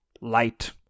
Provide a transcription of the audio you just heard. light